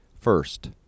First